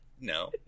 No